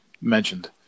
mentioned